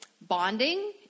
bonding